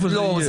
כבר סיכמנו.